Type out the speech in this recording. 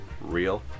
real